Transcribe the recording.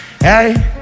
hey